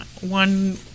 One